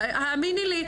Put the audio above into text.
האמיני לי,